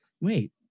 Wait